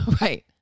Right